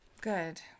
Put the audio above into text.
Good